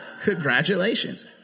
Congratulations